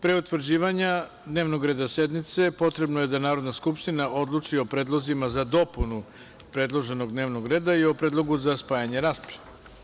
Pre utvrđivanja dnevnog reda sednice, potrebno je da Narodna skupština odluči o predlozima za dopunu predloženog dnevnog reda i o predlogu za spajanje rasprave.